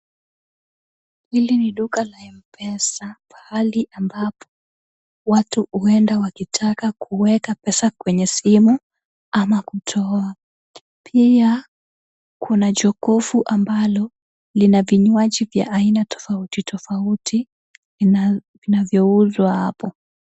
Hili ni duka la M-Pesa, pahali ambapo watu huenda wakitaka kuweka pesa kwenye simu ama kutoa. Pia kuna jokovu ambalo lina vinywaji vya aina tofauti tofauti vinavyouzwa hapo.